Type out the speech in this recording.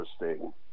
interesting